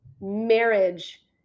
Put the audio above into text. marriage